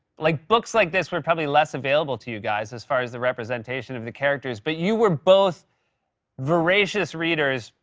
like books like this were probably less available to you guys as far as the representation of the characters. but you were both voracious readers,